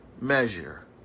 measure